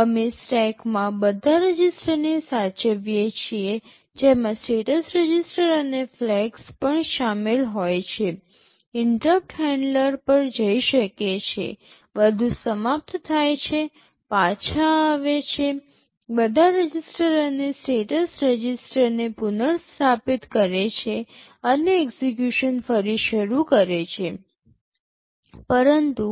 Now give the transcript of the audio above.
અમે સ્ટેકમાં બધા રજિસ્ટરને સાચવીએ છીએ જેમાં સ્ટેટસ રજિસ્ટર અને ફ્લેગ્સ પણ શામેલ હોઈ શકે છે ઇન્ટરપ્ટ હેન્ડલર પર જઈ શકે છે બધું સમાપ્ત થાય છે પાછા આવે છે બધા રજિસ્ટર અને સ્ટેટસ રજિસ્ટરને પુનર્સ્થાપિત કરે છે અને એક્ઝિક્યુશન ફરી શરૂ કરે છે પરંતુ